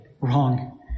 wrong